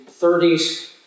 30s